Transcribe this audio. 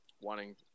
wanting